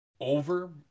over